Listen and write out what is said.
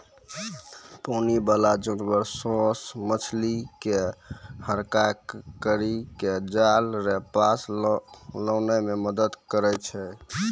पानी बाला जानवर सोस मछली के हड़काय करी के जाल रो पास लानै मे मदद करै छै